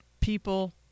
people